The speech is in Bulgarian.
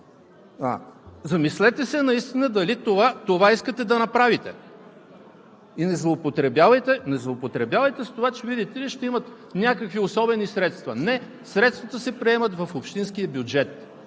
Замислете се наистина дали това искате да направите и не злоупотребявайте с това, че, видите ли, ще имат някакви особени средства. Не, средствата се приемат в общинския бюджет.